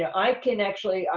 yeah i can actually,